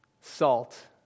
salt